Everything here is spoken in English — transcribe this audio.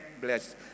bless